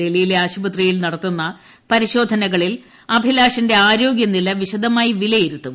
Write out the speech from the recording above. ഡൽഹിയിലെ ആശുപത്രിയിൽ നടത്തുന്ന പരിശോധനക ളിൽ അഭിലാഷിന്റെ ആരോഗ്യനില വിശദമായി വിലയിരുത്തും